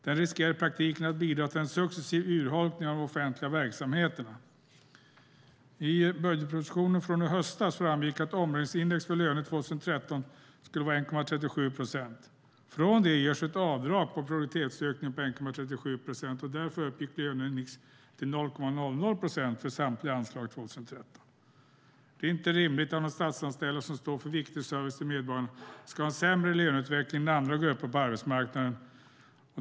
Den riskerar i praktiken att bidra till en successiv urholkning av de offentliga verksamheterna. I budgetpropositionen från i höstas framgår att omräkningsindex för löner 2013 är 1,37 procent. Från det görs ett avdrag för produktivitetsökning på 1,37 procent, och därför uppgår löneindex till 0,00 procent för samtliga anslag 2013. Det är inte rimligt att de statsanställda, som står för viktig service till medborgarna, ska ha en sämre löneutveckling än andra grupper på arbetsmarknaden.